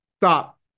Stop